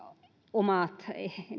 omat